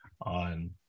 on